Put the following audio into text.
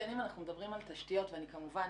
אם אנחנו מדברים על תשתיות ואני כמובן